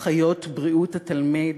אחריות, בריאות התלמיד